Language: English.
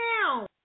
now